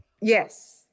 Yes